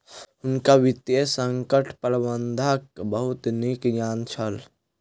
हुनका वित्तीय संकट प्रबंधनक बहुत नीक ज्ञान छल